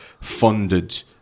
funded